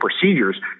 procedures